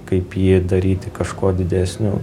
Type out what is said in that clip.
kaip jį daryti kažkuo didesniu